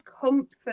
comfort